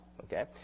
okay